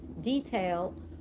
detail